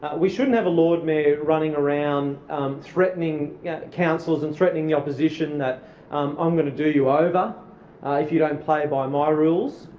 we shouldn't have a lord mayor running around threatening councillors and threatening the opposition that i'm um going to do you over if you don't play by my rules.